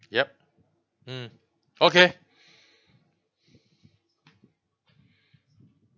yup mm okay